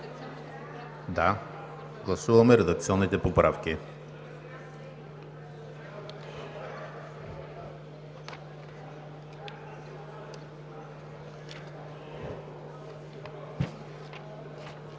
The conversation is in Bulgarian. на гласуване редакционните поправки,